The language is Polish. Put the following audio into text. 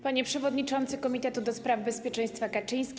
Panie Przewodniczący Komitetu ds. Bezpieczeństwa Kaczyński!